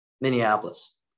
Minneapolis